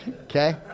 Okay